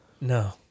no